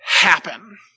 happen